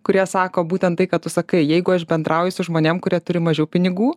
kurie sako būtent tai ką tu sakai jeigu aš bendrauju su žmonėm kurie turi mažiau pinigų